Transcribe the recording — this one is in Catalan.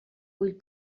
vull